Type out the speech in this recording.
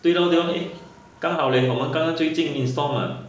对 loh 对 loh eh 刚好 leh 我们刚刚最近 install mah